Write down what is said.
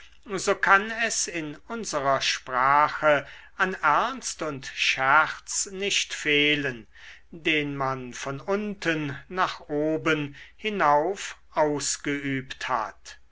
so kann es in unserer sprache an ernst und scherz nicht fehlen den man von unten nach oben hinauf ausgeübt hat